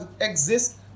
exist